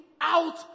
out